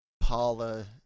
Paula –